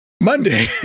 Monday